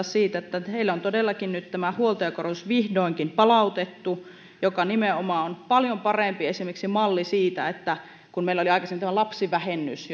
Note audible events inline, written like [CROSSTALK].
[UNINTELLIGIBLE] siitä että heille on todellakin nyt vihdoinkin palautettu tämä huoltajakorotus joka nimenomaan on paljon parempi malli esimerkiksi verrattuna siihen kun meillä oli aikaisemmin tämä lapsivähennys [UNINTELLIGIBLE]